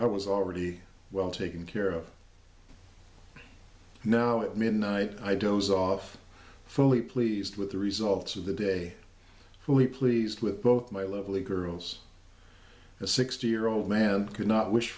i was already well taken care of now at midnight i dos off fully pleased with the results of the day we pleased with both my lovely girls a sixty year old man could not wish